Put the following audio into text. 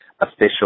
official